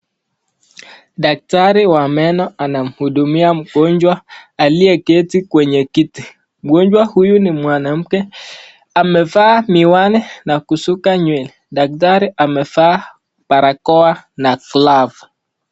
Daktari wa meno anamhudumia mgonjwa aliyeketi kwenye kiti mgonjwa huyu ni mwanamke amevaa miwani na kusuka nywele. Daktari amevaa barakoa na glavu.